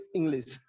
English